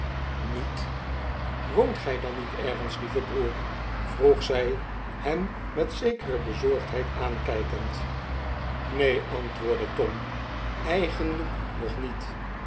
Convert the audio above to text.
niet woont gij dan niet ergens lieve broer vroeg zij hem met zekere bezorgdheid aankijkend neen antwoordde tom eigenlijk nog niet